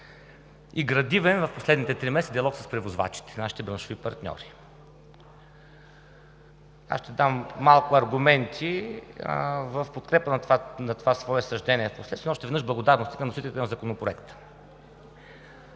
и градивен диалог в последните три месеца с превозвачите – нашите браншови партньори. Ще дам малко аргументи в подкрепа на това свое съждение впоследствие. Още веднъж благодарности към вносителите на Законопроекта.